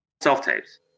self-tapes